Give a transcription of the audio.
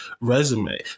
resume